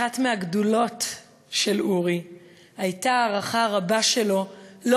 אחת מהגדוּלות של אורי הייתה ההערכה הרבה שלו לא